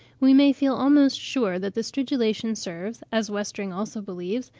we may feel almost sure that the stridulation serves, as westring also believes,